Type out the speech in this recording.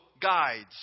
guides